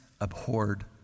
abhorred